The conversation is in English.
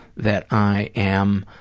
that i am